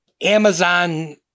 Amazon